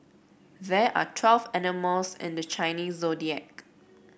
there are twelve animals in the Chinese Zodiac